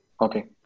Okay